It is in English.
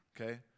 okay